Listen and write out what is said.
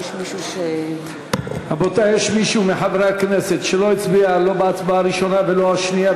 יש מישהו מחברי הכנסת שלא הצביע בהצבעה הראשונה ולא בשנייה,